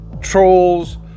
trolls